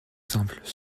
simple